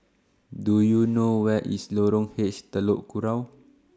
Do YOU know Where IS Lorong H Telok Kurau